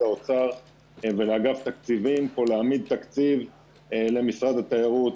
האוצר ולאגף התקציבים פה להעמיד תקציב למשרד התיירות,